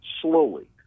slowly